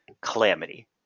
calamity